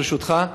ברשותך.